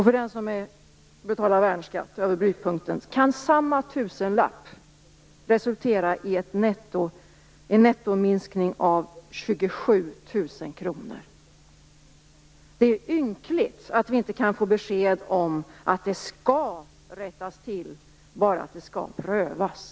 För den som betalar värnskatten, den som är över brytpunkten, kan samma tusenlapp resultera i en nettominskning på 27 000 kr. Det är ynkligt att vi inte kan få besked om att det här skall rättas till. Vi får bara besked om att det skall prövas.